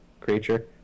creature